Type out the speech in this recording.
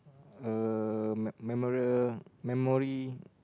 uh me~ memorial memory